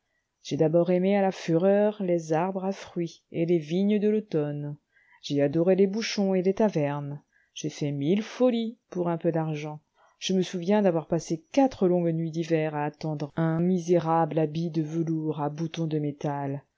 j'ai d'abord aimé à la fureur les arbres à fruits et les vignes de l'automne j'ai adoré les bouchons et les tavernes j'ai fait mille folies pour un peu d'argent je me souviens d'avoir passé quatre longues nuits d'hiver à attendre un misérable habit de velours à boutons de métal